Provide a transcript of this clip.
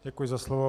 Děkuji za slovo.